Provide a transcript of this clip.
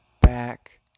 back